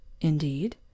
Indeed